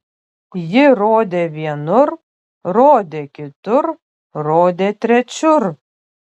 ji rodė vienur rodė kitur rodė trečiur